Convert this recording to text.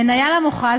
מניה למוכ"ז